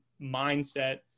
mindset